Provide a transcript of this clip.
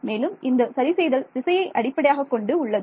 மேலும் இந்த சரிசெய்தல் திசையை அடிப்படையாகக் கொண்டு உள்ளன